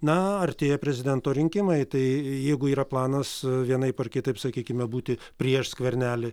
na artėja prezidento rinkimai tai jeigu yra planas vienaip ar kitaip sakykime būti prieš skvernelį